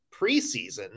preseason